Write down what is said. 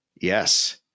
Yes